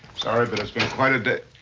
sorry, but it's been quite a day.